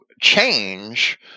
change